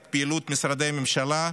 את פעילות משרדי הממשלה,